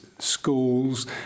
schools